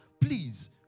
please